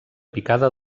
picada